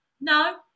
no